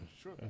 sure